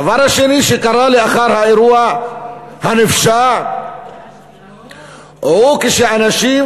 הדבר השני שקרה לאחר האירוע הנפשע הוא שכשאנשים,